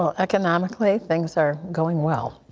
um economically, things are going well.